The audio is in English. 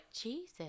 Jesus